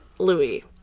Louis